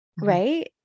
Right